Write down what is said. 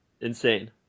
Insane